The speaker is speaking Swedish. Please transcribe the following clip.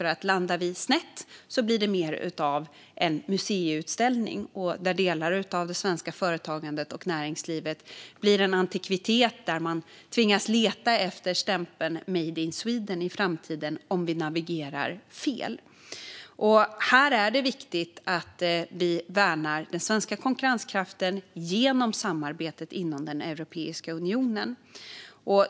Men det har funnits en risk för att det blir mer av en museiutställning om vi landar snett. Delar av det svenska företagandet och näringslivet kan då bli en antikvitet. Om vi navigerar fel kommer man att tvingas leta efter stämpeln "Made in Sweden" i framtiden. Här är det viktigt att vi värnar den svenska konkurrenskraften genom samarbetet inom Europeiska unionen.